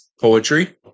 poetry